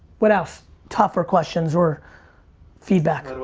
what else? tougher questions or feedback.